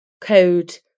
code